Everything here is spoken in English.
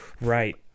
Right